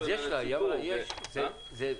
אז היא אמרה זה ייבחן.